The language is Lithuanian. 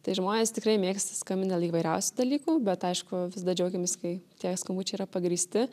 tai žmonės tikrai mėgsta skambint dėl įvairiausių dalykų bet aišku visada džiaugiamės kai tie skambučiai yra pagrįsti